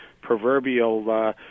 proverbial